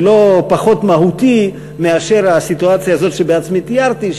ולא פחות מהותי מהסיטואציה הזאת שבעצמי תיארתי,